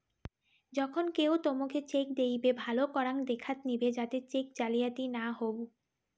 যখন কেও তোমকে চেক দিইবে, ভালো করাং দেখাত নিবে যাতে চেক জালিয়াতি না হউ